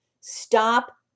stop